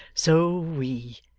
so we,